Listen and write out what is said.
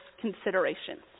considerations